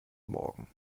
morgen